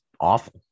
awful